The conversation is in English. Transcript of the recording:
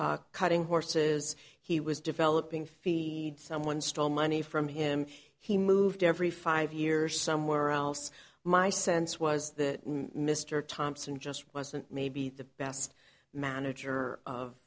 training cutting horses he was developing feed someone stole money from him he moved every five years somewhere else my sense was that mr thompson just wasn't maybe the best manager of